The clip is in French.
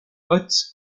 haute